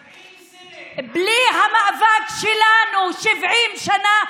70 שנה, בלי המאבק שלנו 70 שנה,